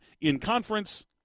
in-conference